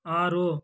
ಆರು